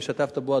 והשתתפת בו,